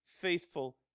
faithful